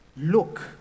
Look